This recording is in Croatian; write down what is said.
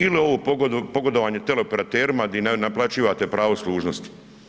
Ili ovo pogodovanje teleoperaterima di naplaćivate pravo služnosti.